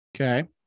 Okay